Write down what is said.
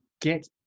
get